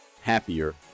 happier